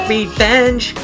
Revenge